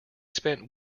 spent